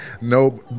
no